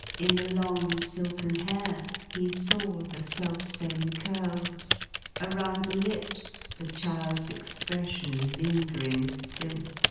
in the long silken hair, he saw the self-same curls around the lips, the child's expression lingering still.